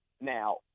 Now